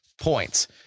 points